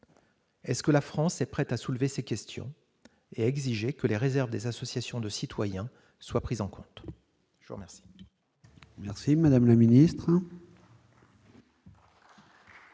Est ce que la France est prête à soulever ces questions et exiger que les réserves des associations de citoyens soient prises en compte, je vous remercie. Merci madame la ministre,